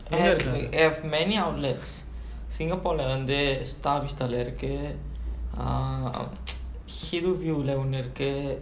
it has err many outlets singapore lah வந்து:vanthu star vista lah இருக்கு:irukku um hill view ஒன்னு இருக்கு:onnu irukku